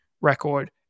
record